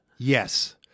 Yes